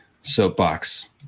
soapbox